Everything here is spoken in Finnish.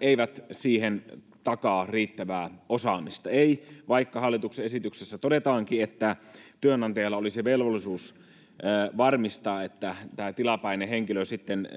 eivät siihen takaa riittävää osaamista, eivät vaikka hallituksen esityksessä todetaankin, että työnantajalla olisi velvollisuus varmistaa, että tällä tilapäisellä henkilöllä sitten